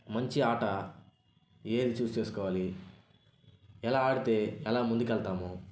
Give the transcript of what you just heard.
మంచి ఆట ఏది చూజ్ చేసుకోవాలి ఎలా ఆడితే ఎలా ముందుకు వెళ్తాము